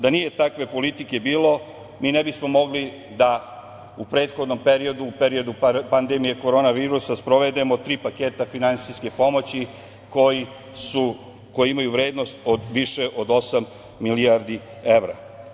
Da nije takve politike bilo, mi ne bismo mogli da u prethodnom periodu, u periodu pandemije korona virusa, sprovedemo tri paketa finansijske pomoći koji imaju vrednost više od osam milijardi evra.